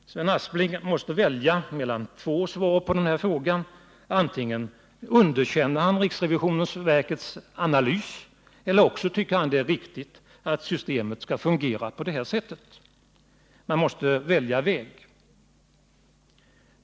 Sven Aspling måste antingen underkänna riksrevisionsverkets analys eller tycka att det är riktigt att systemet skall fungera på detta sätt.